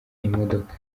imodoka